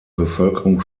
bevölkerung